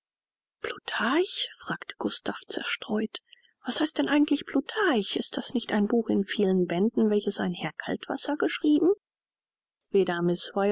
plutarch fragte gustav zerstreut was heißt denn eigentlich plutarch ist das nicht ein buch in vielen bänden welches ein herr kaltwasser geschrieben weder miß